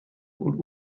und